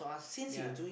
ya